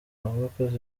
abakoze